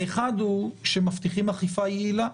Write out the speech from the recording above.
ראשית, שמבטיחים אכיפה יעילה.